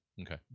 Okay